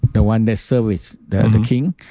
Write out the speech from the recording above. the one that service the the king.